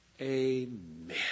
Amen